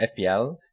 FPL